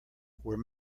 were